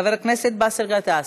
חבר הכנסת באסל גטאס,